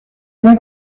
bien